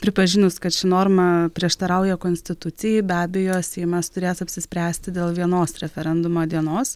pripažinus kad ši norma prieštarauja konstitucijai be abejo seimas turės apsispręsti dėl vienos referendumo dienos